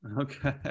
Okay